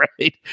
right